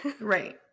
Right